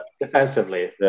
defensively